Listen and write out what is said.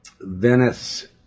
Venice